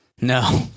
No